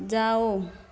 जाओ